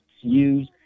use